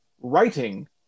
writing